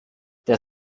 der